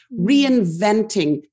reinventing